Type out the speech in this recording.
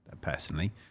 personally